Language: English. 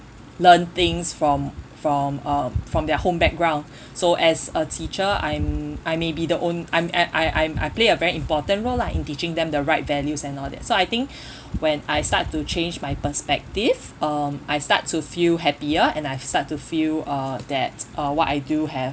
learn things from from uh from their home background so as a teacher I'm I may be the on~ I'm I I I play a very important role lah in teaching them the right values and all that so I think when I start to change my perspective um I start to feel happier and I start to feel uh that uh what I do have